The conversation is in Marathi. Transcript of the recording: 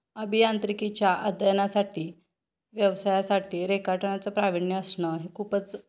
अभियांत्रिकीच्या अध्ययनासाठी व्यवसायासाठी रेखाटनाचं प्राविण्य असणं हे खूपच